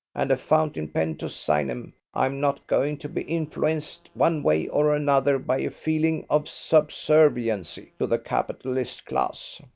and a fountain pen to sign em i'm not going to be influenced one way or another by a feeling of subserviency to the capitalist class.